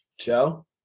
Joe